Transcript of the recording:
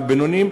והבינוניים.